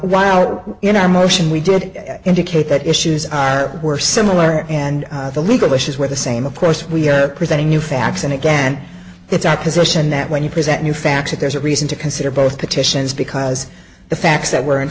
now in our motion we did indicate that issues are were similar and the legal issues where the same of course we are presenting new facts and again it's our position that when you present new facts that there's a reason to consider both petitions because the facts that were in